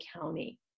County